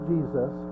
Jesus